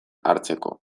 hartzeko